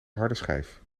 hardeschijf